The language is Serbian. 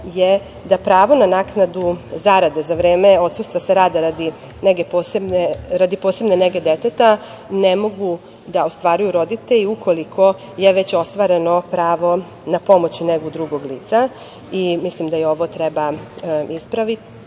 je da pravo na naknadu zarade za vreme odsustva sa rada radi posebne nege deteta ne mogu da ostvaruju roditelji ukoliko je već ostvareno pravo na pomoć i negu drugog lica. Mislim da i ovo treba ispraviti.